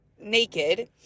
naked